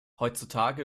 heutzutage